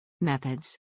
Methods